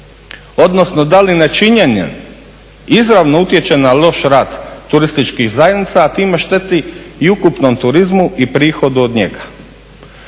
odnosno da li nečinjenjem izravno utječe na loš rad turističkih zajednica, a time šteti i ukupnom turizmu i prihodu od njega.